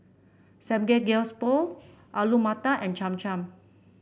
Samgeyopsal Alu Matar and Cham Cham